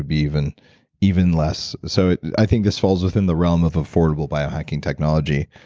be even even less. so i think this falls within the realm of affordable biohacking technology.